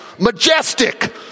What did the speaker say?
majestic